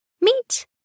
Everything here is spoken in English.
Meet